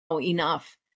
enough